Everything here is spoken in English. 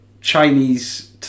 Chinese